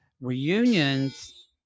reunions